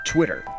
Twitter